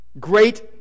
Great